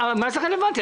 מה זה רלוונטי?